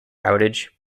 outage